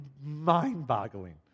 mind-boggling